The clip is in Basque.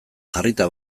jarrita